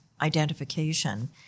identification